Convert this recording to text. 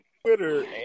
Twitter